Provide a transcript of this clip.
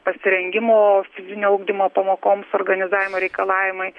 pasirengimo fizinio ugdymo pamokoms organizavimo reikalavimai